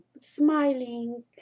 smiling